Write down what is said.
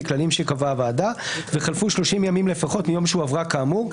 לפי כללים שקבעה הוועדה וחלפו 30 ימים לפחות מיום שהועברה כאמור.